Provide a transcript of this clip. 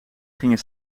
gingen